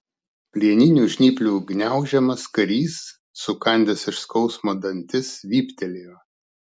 plieninių žnyplių gniaužiamas karys sukandęs iš skausmo dantis vyptelėjo